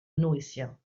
noétiens